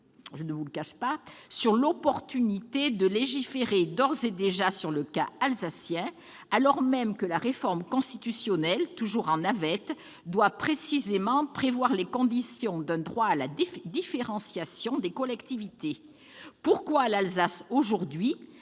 je ne vous le cache pas -sur l'opportunité de légiférer dès maintenant sur le cas alsacien, alors même que la réforme constitutionnelle, toujours en navette, doit précisément prévoir les conditions d'un droit à la différenciation des collectivités. Pourquoi l'Alsace aujourd'hui,